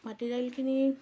মাটিদাইলখিনি